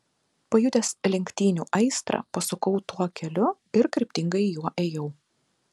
pajutęs lenktynių aistrą pasukau tuo keliu ir kryptingai juo ėjau